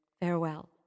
Farewell